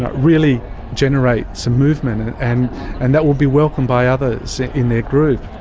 really generate some movement, and and and that will be welcomed by others in their group.